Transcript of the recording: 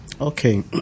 Okay